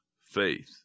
faith